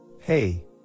Hey